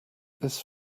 this